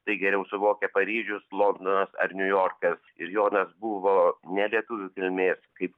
tai geriau suvokia paryžius londonas ar niujorkas ir jonas buvo ne lietuvių kilmės kaip